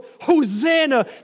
Hosanna